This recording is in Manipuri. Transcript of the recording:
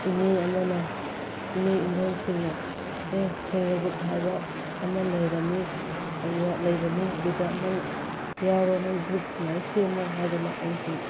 ꯏꯅꯦ ꯑꯃꯅ ꯏꯅꯦ ꯏꯟꯗꯣꯟꯁꯤꯡꯅ ꯑꯦ ꯁꯦ ꯂꯦ ꯒ꯭ꯔꯨꯞ ꯍꯥꯏꯕ ꯑꯃ ꯂꯩꯔꯝꯃꯤ ꯑꯗꯨꯗ ꯂꯩꯕꯅꯤ ꯑꯗꯨꯗ ꯅꯪ ꯌꯥꯎꯔꯣ ꯅꯣꯏ ꯒ꯭ꯔꯨꯞ ꯁꯨꯃꯥꯏꯅ ꯁꯦꯝꯃꯣ ꯍꯥꯏꯗꯅ ꯑꯩꯁꯤ